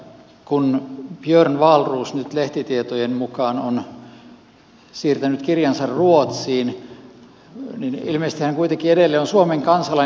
kun björn wahlroos nyt lehtitietojen mukaan on siirtänyt kirjansa ruotsiin niin ilmeisesti hän kuitenkin edelleen on suomen kansalainen